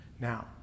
Now